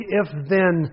if-then